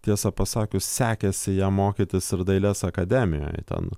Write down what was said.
tiesą pasakius sekėsi ją mokytis ir dailės akademijoj ten